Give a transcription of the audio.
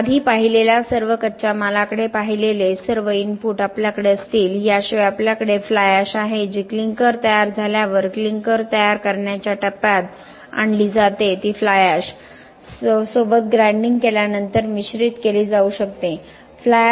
आपण आधी पाहिलेल्या सर्व कच्च्या मालाकडे पाहिलेले सर्व इनपुट आमच्याकडे असतील याशिवाय आमच्याकडे फ्लाय एश आहे जी क्लिंकर तयार झाल्यावर क्लिंकर तयार करण्याच्या टप्प्यात आणली जाते ती फ्लाय एश सोबत ग्राइंडिंग केल्यानंतर मिश्रित केली जाऊ शकते